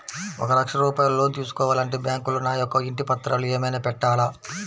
ఒక లక్ష రూపాయలు లోన్ తీసుకోవాలి అంటే బ్యాంకులో నా యొక్క ఇంటి పత్రాలు ఏమైనా పెట్టాలా?